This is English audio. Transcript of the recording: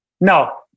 No